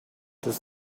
does